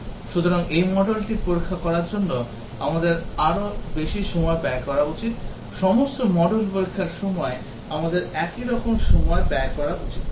সুতরাং ওই মডিউলটি পরীক্ষা করার জন্য আমাদের আরও বেশি সময় ব্যয় করা দরকার সমস্ত মডিউল পরীক্ষার সময় আমাদের একই রকম সময় ব্যয় করা উচিত নয়